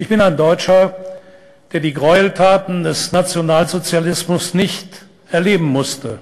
אני גרמני אשר לא נאלץ לחוות את זוועות המלחמה,